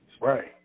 Right